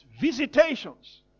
visitations